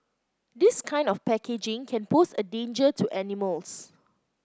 this kind of packaging can pose a danger to animals